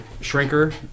shrinker